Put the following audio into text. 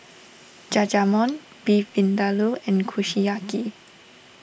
Jajangmyeon Beef Vindaloo and Kushiyaki